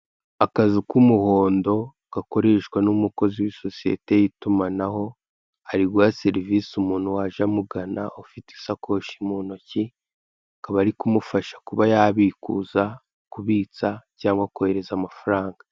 Akazu k'umuhondo gakoreshwa n'umukozi w'isosiyete y'itumanaho ari guha serivise umuntu waje amugana ufite isakoshi mu ntoki akaba ari kumufasha kuba yabikuza, kubitsa cyangwa kohereza amafaranga.